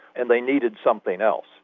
and they needed something else.